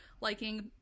liking